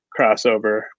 crossover